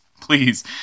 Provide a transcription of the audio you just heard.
Please